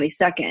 22nd